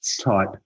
type